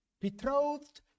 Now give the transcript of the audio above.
Betrothed